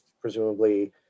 presumably